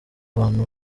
bantu